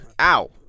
Ow